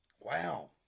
Wow